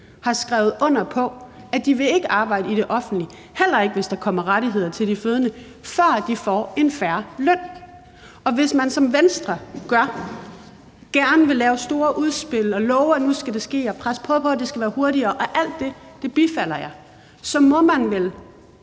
har skrevet under på, at de ikke vil arbejde i det offentlige – heller ikke, hvis der kommer rettigheder til de fødende – før de får en fair løn. Og hvis man som Venstre gerne vil lave store udspil og love, at nu skal det ske, og presse på for, at det skal være hurtigere – og alt det bifalder jeg – så må man vel